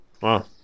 Wow